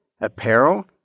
apparel